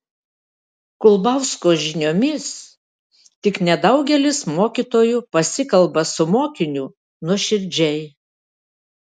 kulbausko žiniomis tik nedaugelis mokytojų pasikalba su mokiniu nuoširdžiai